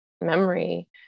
memory